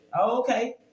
Okay